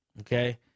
Okay